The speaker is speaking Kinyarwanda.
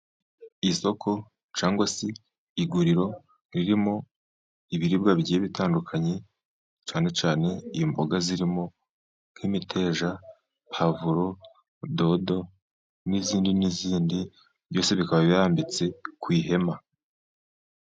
Isoko cyangwa se iguriro ririmo ibiribwa bigiye bitandukanye, cyane cyane imboga zirimo nk'imiteja, pavuro, dodo n'izindi n'izindi, byose bikaba birambitse ku ihema.